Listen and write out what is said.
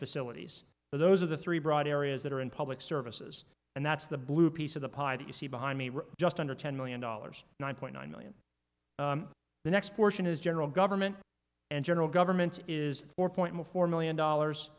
facilities and those are the three broad areas that are in public services and that's the blue piece of the pie that you see behind me just under ten million dollars nine point nine million the next portion is general government and general government is four point four million dollars